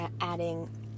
adding